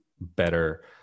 better